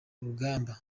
urugamba